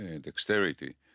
dexterity